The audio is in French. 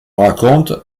raconte